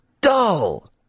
dull